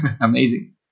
Amazing